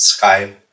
Skype